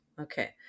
Okay